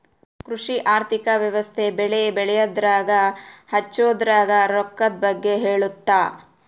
ಕೃಷಿ ಆರ್ಥಿಕ ವ್ಯವಸ್ತೆ ಬೆಳೆ ಬೆಳೆಯದ್ರಾಗ ಹಚ್ಛೊದ್ರಾಗ ರೊಕ್ಕದ್ ಬಗ್ಗೆ ಹೇಳುತ್ತ